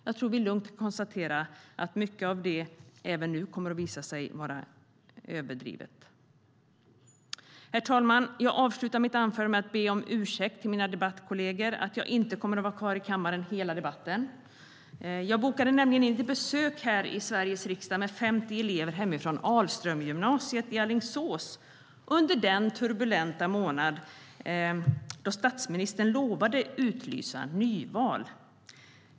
Jag tror att vi lugnt kan konstatera att många av farhågorna även nu kommer att visa sig vara överdrivna. Herr talman! Jag avslutar mitt anförande med att be om ursäkt till mina debattkolleger för att jag inte kommer att vara kvar i kammaren hela debatten. Jag bokade nämligen in ett besök här i Sveriges riksdag med 50 elever från Alströmergymnasiet hemma i Alingsås under den turbulenta månad då statsministern lovade att utlysa nyval.